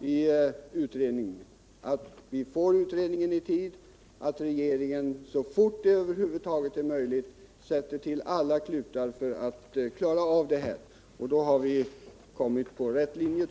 i utredningen, att vi får utredningen i tid och att regeringen så fort det över huvud taget är möjligt sätter till alla klutar för att klara av detta. Då har vi kommit på rätt linje.